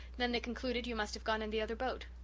then they concluded you must have gone in the other boat.